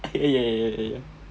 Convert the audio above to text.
ah yeah yeah yeah yeah